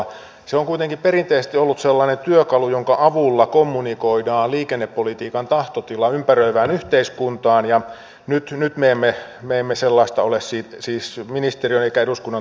se on kuitenkin perinteisesti ollut sellainen työkalu jonka avulla kommunikoidaan liikennepolitiikan tahtotila ympäröivään yhteiskuntaan ja nyt me emme sellaista ole siis ministeriön emmekä eduskunnan toimesta tehneet